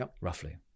roughly